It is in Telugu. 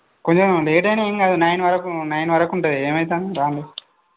కొంచెం లేట్ అయినా ఏం కాదు నైన్ వరకు నైన్ వరకు ఉంటుంది ఏమైతుంది రండి